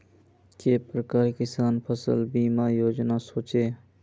के प्रकार किसान फसल बीमा योजना सोचें?